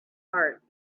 heart